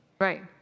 Right